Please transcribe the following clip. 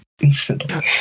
instantly